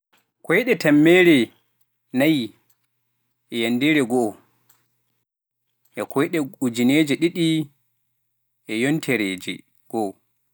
Koyɗe teemerre nayi e yanndeere go'o, e koyɗe ujuneeje ɗiɗi e yontereeji go'o.